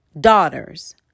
Daughters